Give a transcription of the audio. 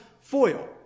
foil